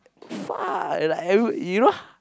fuck like every you know